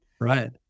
Right